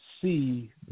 see